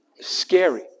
scary